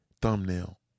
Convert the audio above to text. thumbnail